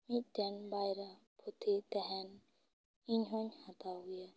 ᱢᱤᱫᱴᱮᱱ ᱵᱟᱨᱭᱟ ᱯᱩᱛᱷᱤ ᱛᱟᱦᱮᱱ ᱤᱧ ᱦᱚᱧ ᱦᱟᱛᱟᱣ ᱜᱮᱭᱟ